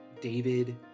David